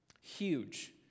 Huge